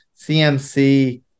CMC